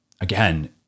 again